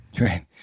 Right